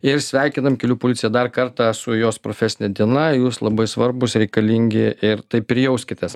ir sveikinam kelių policiją dar kartą su jos profesine diena jūs labai svarbūs reikalingi ir taip ir jauskitės